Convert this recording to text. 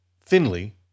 Finley